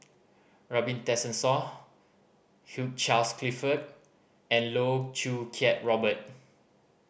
Robin Tessensohn Hugh Charles Clifford and Loh Choo Kiat Robert